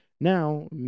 Now